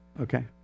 Okay